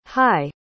Hi